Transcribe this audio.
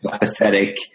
pathetic